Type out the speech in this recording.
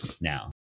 now